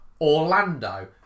Orlando